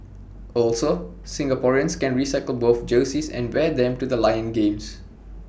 also Singaporeans can recycle both jerseys and wear them to the lions games